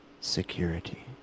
security